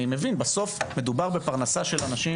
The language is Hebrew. בסוף מדובר בפרנסה של אנשים